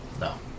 No